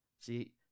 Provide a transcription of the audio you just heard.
see